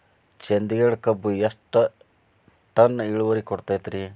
ಚಂದಗಡ ಕಬ್ಬು ಎಷ್ಟ ಟನ್ ಇಳುವರಿ ಕೊಡತೇತ್ರಿ?